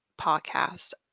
podcast